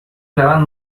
روند